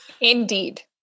Indeed